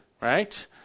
right